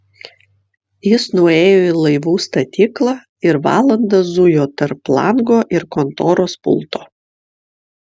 jis nuėjo į laivų statyklą ir valandą zujo tarp lango ir kontoros pulto